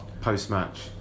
post-match